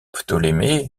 ptolémée